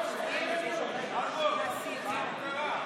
תן לה.